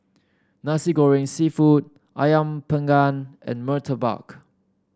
Nasi Goreng seafood ayam panggang and murtabak